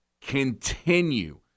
continue